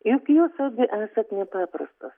juk jūs abi esat nepaprastos